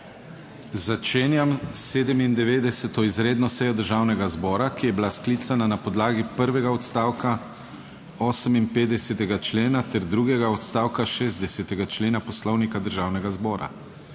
Začenjam 97. izredno sejo Državnega zbora, ki je bila sklicana na podlagi prvega odstavka 58. člena ter drugega odstavka 60. člena Poslovnika Državnega zbora.